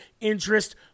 interest